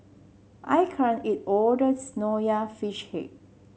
I can't eat all of this Nonya Fish Head